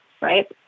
right